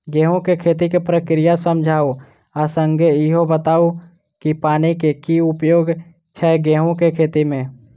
गेंहूँ केँ खेती केँ प्रक्रिया समझाउ आ संगे ईहो बताउ की पानि केँ की उपयोग छै गेंहूँ केँ खेती में?